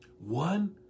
One